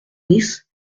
dix